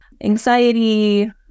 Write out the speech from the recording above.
anxiety